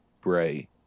Bray